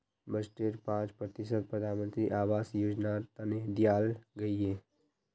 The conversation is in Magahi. बजटेर पांच प्रतिशत प्रधानमंत्री आवास योजनार तने दियाल गहिये